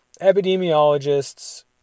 epidemiologists